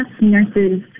nurses